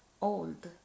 old